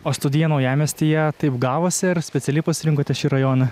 o studija naujamiestyje taip gavosi ir specialiai pasirinkote šį rajoną